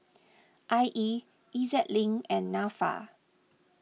I E E Z Link and Nafa